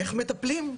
איך מטפלים?